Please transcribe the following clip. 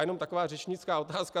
Jenom taková řečnická otázka.